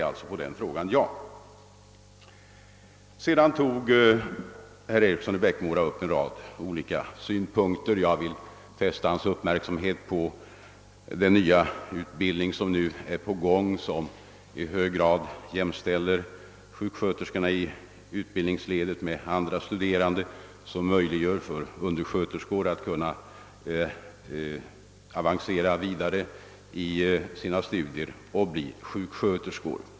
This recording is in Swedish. Svaret på frågan är alltså ja. Herr Eriksson i Bäckmora framförde vidare en rad olika synpunkter. Jag vill fästa hans uppmärksamhet på att den nya utbildning, som nu är på gång, i hög grad jämställer sjuksköterskor under utbildning med andra studerande och möjliggör för undersköterskor att genom studier kunna avancera till sjuksköterskor.